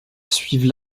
suivent